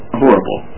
horrible